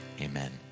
amen